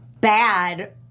bad